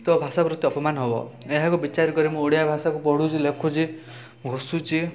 ତ ଭାଷା ପ୍ରତି ଅପମାନ ହେବ ଏହାକୁ ବିଚାର କରି ମୁଁ ଓଡ଼ିଆ ଭାଷାକୁ ପଢ଼ୁଛି ଲେଖୁଛି ଘୋଷୁଛି